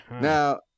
Now